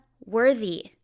worthy